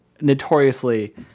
notoriously